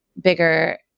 bigger